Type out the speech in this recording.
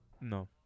No